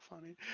funny